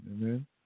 Amen